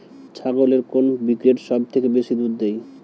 ছাগলের কোন ব্রিড সবথেকে বেশি দুধ দেয়?